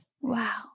Wow